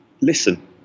listen